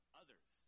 others